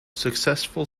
successful